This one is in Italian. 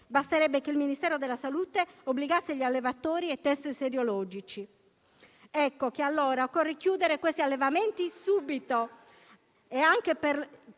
Basterebbe che il Ministero della salute obbligasse gli allevatori ai test sierologici. Ecco che allora occorre chiudere questi allevamenti subito,